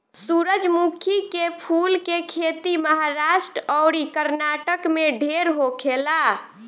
सूरजमुखी के फूल के खेती महाराष्ट्र अउरी कर्नाटक में ढेर होखेला